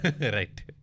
Right